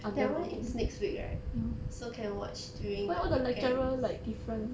that [one] is next week right so can watch during the weekends